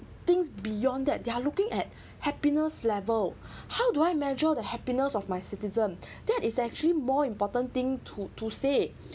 happiness level how do I measure the happiness of my citizen that is actually more important thing to to say